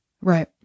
Right